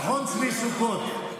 נכון, צבי סוכות?